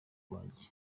wanjye